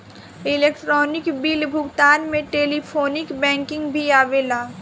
electronic bill भुगतान में telephonic banking भी आवेला